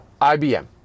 IBM